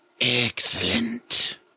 Excellent